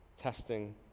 testing